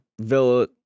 Villa